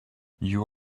you